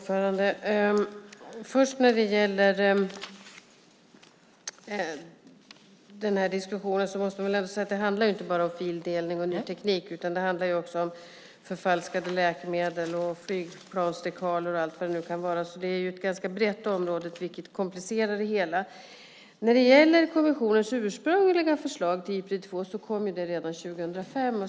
Fru talman! Det handlar ju inte bara om fildelning och ny teknik, utan det handlar också om förfalskade läkemedel och flygplansdekaler och allt vad det kan vara. Det är ett ganska brett område vilket komplicerar det hela. Kommissionens ursprungliga förslag till Ipred 2 kom redan 2005.